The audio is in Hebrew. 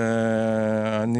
אני